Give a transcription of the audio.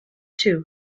too